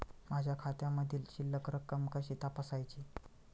माझ्या खात्यामधील शिल्लक रक्कम कशी तपासायची?